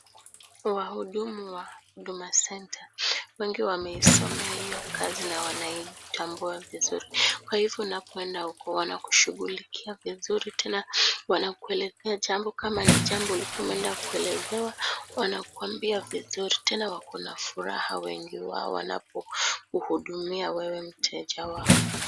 Wahudumu wa Huduma Center, wengi wameisomea iyo kazi na wanaitambua vizuri. Kwa hivyo unapoenda huko wanakushughulikia vizuri tena, wanakuelezea jambo, kama ni jambo ulikua umeenda kuelezewa wanakuambia vizuri, tena wako na furaha wengi wao wanapokuhudumia wewe mteja wao.